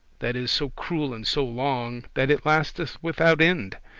that is so cruel and so long, that it lasteth without end.